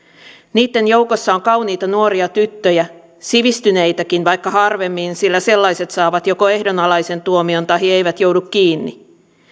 niitten joukossa on kauniita nuoria tyttöjä sivistyneitäkin vaikka harvemmin sillä sellaiset saavat joko ehdonalaisen tuomion tahi eivät joudu kiinni